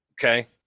Okay